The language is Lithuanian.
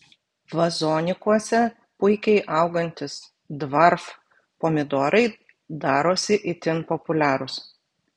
vazonikuose puikiai augantys dvarf pomidorai darosi itin populiarūs